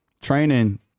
training